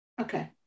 Okay